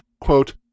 quote